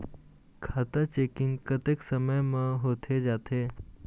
खाता चेकिंग कतेक समय म होथे जाथे?